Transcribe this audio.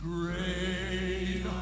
Great